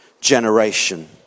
generation